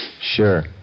Sure